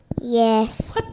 Yes